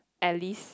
Alice